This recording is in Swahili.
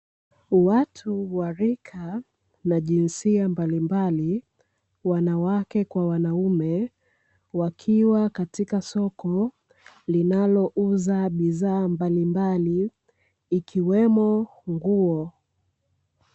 Watu wa rika na jinsia mbalimbali, wanawake kwa wanaume, wakiwa katika soko linalouza bidhaa mbalimbali, ikiwemo nguo.